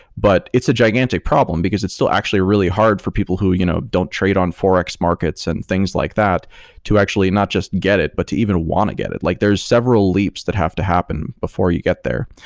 but it's a gigantic problem, because it's still actually really hard for people who you know don't trade on forex markets and things like that to actually not just get it, but to even want to get it. like there's several leaps that have to happen before you get there.